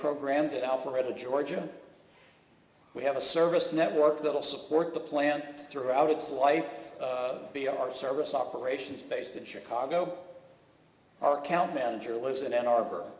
program to alpharetta georgia we have a service network that will support the plant throughout its life be our service operations based in chicago our count manager lives in an arbor